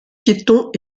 piétons